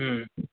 ह्म्म